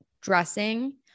dressing